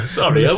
sorry